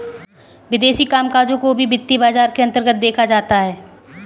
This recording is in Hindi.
विदेशी कामकजों को भी वित्तीय बाजार के अन्तर्गत देखा जाता है